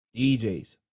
djs